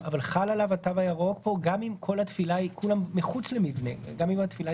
לגבי התו הירוק ילדים מתחת לגיל 12